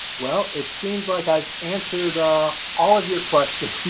well it seems like i've answered all of your questions